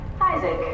Isaac